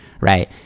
Right